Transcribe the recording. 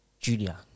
Julia